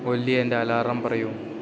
ഒല്ലി എൻ്റെ അലാറം പറയൂ